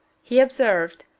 he observed,